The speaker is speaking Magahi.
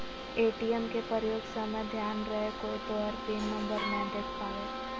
ए.टी.एम के प्रयोग समय ध्यान रहे कोय तोहर पिन नंबर नै देख पावे